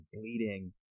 bleeding